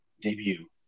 debut